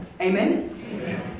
Amen